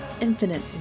infinite